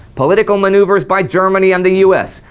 political maneuvers by germany and the us.